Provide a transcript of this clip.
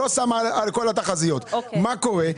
לא שמה על כל התחזיות מה קורה?